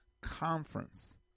conference